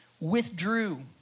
withdrew